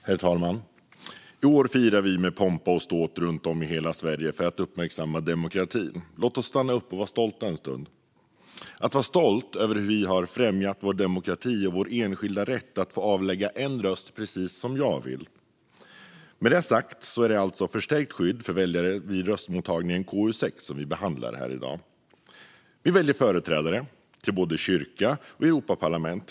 Herr talman! I år firar vi med pompa och ståt runt om i hela Sverige för att uppmärksamma demokratin. Låt oss stanna upp en stund och vara stolta över hur vi har främjat vår demokrati och min enskilda rätt att få avlägga en röst precis som jag vill. Med det sagt är det alltså Förstärkt skydd för väljare vid röstmottagning , KU6, som vi behandlar här i dag. Vi väljer företrädare till både kyrka och Europaparlament.